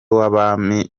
w’abami